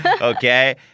Okay